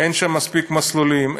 אין שם מספיק מסלולים,